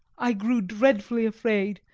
i grew dreadfully afraid,